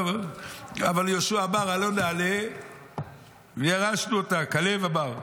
אבל יהושע אמר: "עלה נעלה וירשנו אתה" כלב אמר.